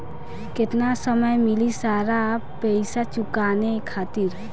केतना समय मिली सारा पेईसा चुकाने खातिर?